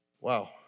Wow